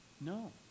No